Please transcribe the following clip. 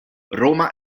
roma